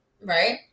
right